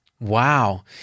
Wow